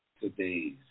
today's